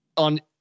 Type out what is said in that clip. On